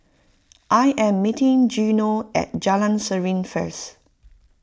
I am meeting Gino at Jalan Serene first